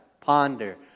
ponder